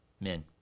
men